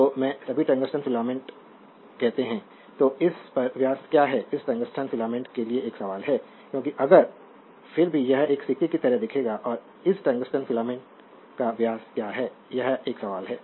तो वे सभी टंगस्टन फिलामेंट्स कहते हैं तो इस पर व्यास क्या है इस टंगस्टन फिलामेंट के लिए एक सवाल है क्योंकि अगर फिर भी यह एक सिक्के की तरह दिखेगा और इस टंगस्टन फिलामेंट का व्यास क्या है यह एक सवाल है